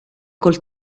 col